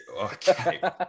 Okay